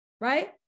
Right